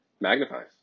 magnifies